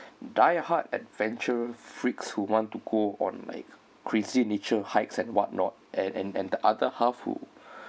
die hard adventure freaks who want to go on like crazy nature hikes and what not and and and the other half who